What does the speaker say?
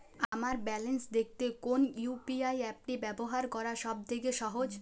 আমার ব্যালান্স দেখতে কোন ইউ.পি.আই অ্যাপটি ব্যবহার করা সব থেকে সহজ?